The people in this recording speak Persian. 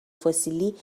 فسیلی